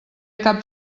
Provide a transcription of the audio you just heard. cap